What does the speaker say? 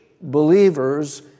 believers